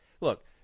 Look